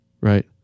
right